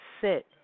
sit